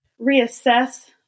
reassess